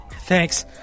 Thanks